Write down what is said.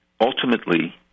ultimately